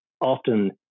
often